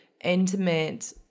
intimate